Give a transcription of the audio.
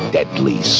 Deadly